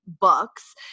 books